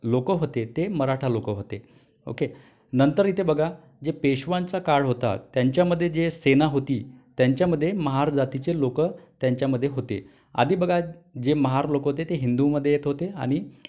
लोकं होते ते मराठा लोकं होते ओके नंतर इथे बघा जे पेशवांचा काळ होता त्यांच्यामध्ये जे सेना होती त्यांच्यामध्ये महार जातीचे लोकं त्यांच्यामध्ये होते आधी बघा जे महार लोक होते ते हिंदूमध्ये येत होते आणि